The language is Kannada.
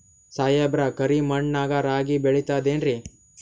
ಸಾಹೇಬ್ರ, ಕರಿ ಮಣ್ ನಾಗ ರಾಗಿ ಬೆಳಿತದೇನ್ರಿ?